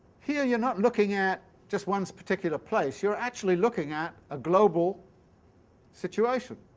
here you're not looking at just one particular place, you're actually looking at a global situation.